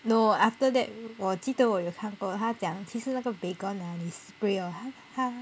no after that 我记得我有看过他讲其实那个 baygon spray 哦它它